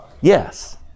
Yes